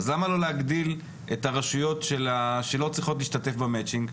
אז למה לא להגדיל את הרשויות שלא צריכות להשתתף במצ'ינג?